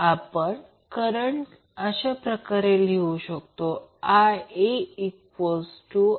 ही गोष्ट सिंगल फेजसाठी देखील समजावून सांगितली गेली आहे म्हणून अर्थ अगदी सोपे आहे